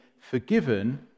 forgiven